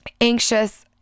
anxious